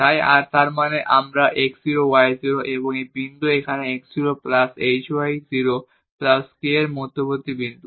তাই তার মানে আবার এই x 0 y 0 এবং এই বিন্দু এখানে x 0 plus h y 0 plus k এর মধ্যবর্তী বিন্দু